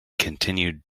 continued